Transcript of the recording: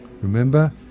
Remember